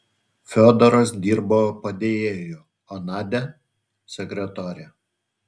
fiodoras dirbo padėjėju o nadia sekretore